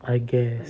I guess